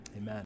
Amen